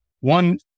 One